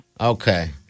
Okay